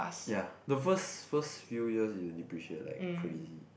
ya the first first few years it will depreciate like crazy